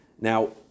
Now